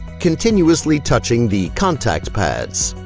continuously touching the contact pads.